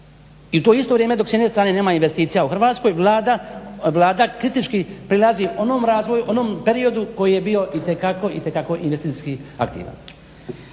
I u to isto vrijeme dok s jedne strane nema investicija u Hrvatskoj Vlada kritički prilazi onom periodu koji je bio itekako investicijski aktivan.